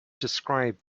described